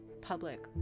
public